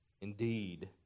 Indeed